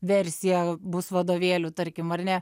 versija bus vadovėlių tarkim ar ne